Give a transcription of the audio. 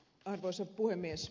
arvoisa puhemies